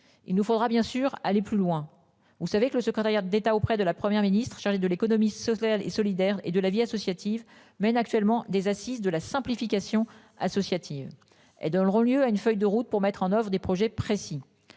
Il nous faudra bien sûr aller plus loin. Vous savez que le secrétariat d'État auprès de la Première ministre chargé de l'économie sociale et solidaire et de la vie associative mène actuellement des Assises de la simplification associative et donneront lieu à une feuille de route pour mettre en oeuvre des projets précis,